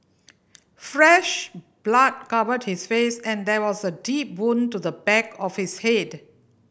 fresh blood covered his face and there was a deep wound to the back of his head